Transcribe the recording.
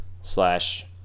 slash